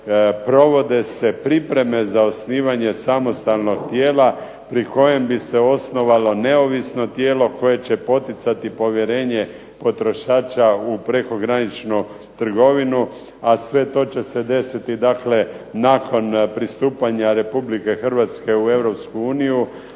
provode se pripreme za osnivanje samostalnog tijela pri kojem bi se osnovalo neovisno tijelo koje će poticati povjerenje potrošača u prekograničnu trgovinu, a sve to će se desiti nakon pristupanja Republike Hrvatske u